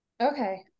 Okay